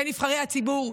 בין נבחרי הציבור,